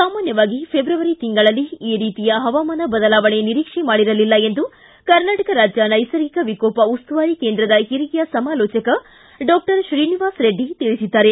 ಸಾಮಾನ್ಯವಾಗಿ ಫೆಬ್ರವರಿ ತಿಂಗಳಲ್ಲಿ ಈ ರೀತಿಯ ಹವಾಮಾನ ಬದಲಾವಣೆ ನಿರೀಕ್ಷೆ ಮಾಡಿರಲಿಲ್ಲ ಎಂದು ಕರ್ನಾಟಕ ರಾಜ್ಯ ನೈಸರ್ಗಿಕ ವಿಕೋಪ ಉಸ್ತುವಾರಿ ಕೇಂದ್ರದ ಹಿರಿಯ ಸಮಾಲೋಚಕ ಡಾಕ್ಟರ್ ಶ್ರೀನಿವಾಸ ರೆಡ್ಡಿ ತಿಳಿಸಿದ್ದಾರೆ